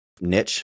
niche